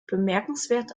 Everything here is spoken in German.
bemerkenswert